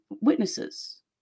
witnesses